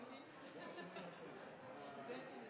mi er